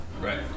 Right